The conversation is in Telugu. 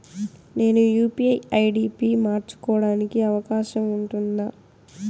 నేను యు.పి.ఐ ఐ.డి పి మార్చుకోవడానికి అవకాశం ఉందా?